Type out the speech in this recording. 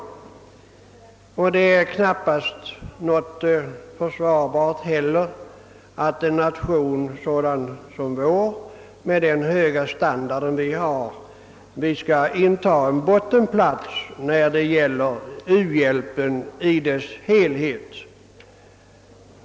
Det är heller knappast försvarbart att en nation sådan som vår, med den höga standard som vi har, skall inta en bottenplats när det gäller u-hjälpen i dess helhet.